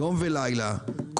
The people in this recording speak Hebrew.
יום ולילה,